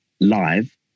live